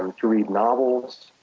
um to read novels,